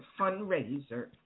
fundraiser